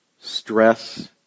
stress